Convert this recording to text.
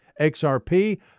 XRP